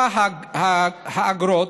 סכום האגרות,